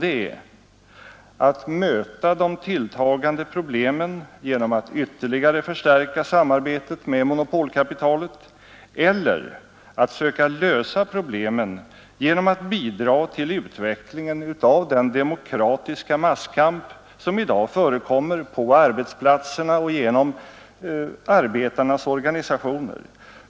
Det är klart att vi planerar vår reformverksamhet — alla de reformförslag som har lagts fram har ju planerats under många år. Nu sade herr Fälldin och herr Helén att kyrka—stat-frågan inte var något exempel på en bra planering.